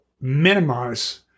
minimize